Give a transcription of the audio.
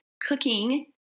cooking